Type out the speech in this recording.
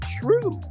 true